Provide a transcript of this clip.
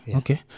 okay